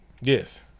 Yes